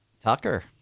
Tucker